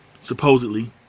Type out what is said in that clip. Supposedly